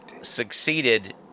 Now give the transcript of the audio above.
succeeded